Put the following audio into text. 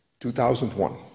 2001